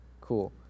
Cool